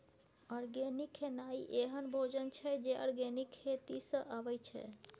organic खेनाइ एहन भोजन छै जे आर्गेनिक खेती सँ अबै छै